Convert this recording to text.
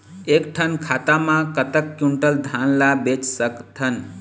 एक ठन खाता मा कतक क्विंटल धान ला बेच सकथन?